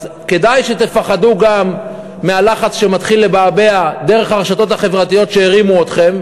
אז כדאי שתפחדו גם מהלחץ שמתחיל לבעבע דרך הרשתות החברתיות שהרימו אתכם,